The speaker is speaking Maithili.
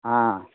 हँ